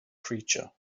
creature